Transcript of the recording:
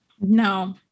No